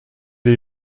est